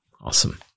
Awesome